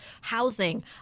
housing